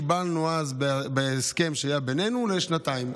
קיבלנו אז בהסכם שהיה בינינו לשנתיים,